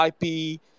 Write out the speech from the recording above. IP